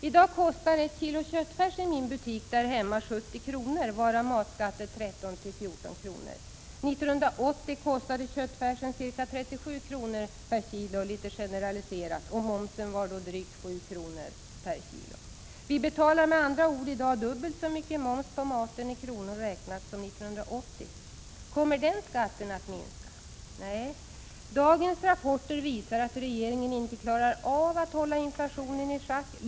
I dag kostar 1 kg köttfärs i min butik där hemma 70 kr., varav matskatt är 13—14 kr. 1980 kostade köttfärsen litet generaliserat ca 37 kr. kg. Vi betalar med andra ord i dag dubbelt så mycket moms på maten i kronor räknat som 1980. Kommer den skatten att minska? Nej. Dagens rapporter visar att regeringen inte klarar av att hålla inflationen i schack.